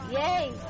Yay